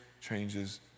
changes